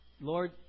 Lord